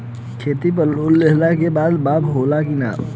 खेती पर लोन लेला के बाद माफ़ होला की ना?